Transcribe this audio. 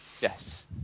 Yes